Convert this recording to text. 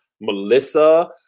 melissa